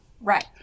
right